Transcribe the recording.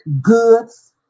goods